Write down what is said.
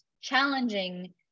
challenging